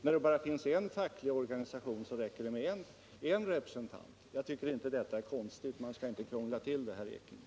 När det bara finns en facklig organisation räcker det med en representant. Jag tycker inte detta är konstigt. Man skall inte krångla till det, herr Ekinge.